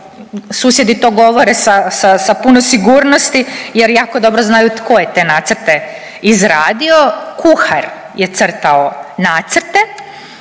Susjedi to govore sa puno sigurnosti jer kako dobro znaju tko je te nacrte izradio. Kuhar je crtao nacrte.